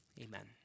amen